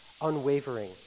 unwavering